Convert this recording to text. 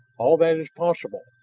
all that is possible.